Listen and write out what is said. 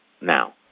now